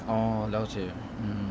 orh 了解 hmm